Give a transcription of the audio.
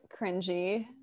cringy